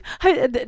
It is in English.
hi